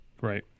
right